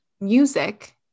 music